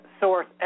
Source